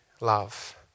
love